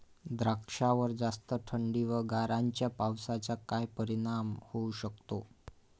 द्राक्षावर जास्त थंडी व गारांच्या पावसाचा काय परिणाम होऊ शकतो?